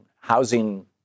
Housing